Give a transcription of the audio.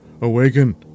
awaken